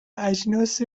اجناس